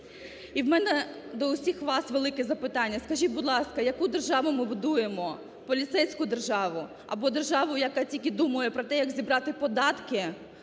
І в мене до усіх вас велике запитання: скажіть, будь ласка, яку державу ми будуємо, поліцейську державу або державу, яка тільки думає про те, як зібрати податки